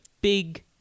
big